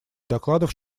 докладов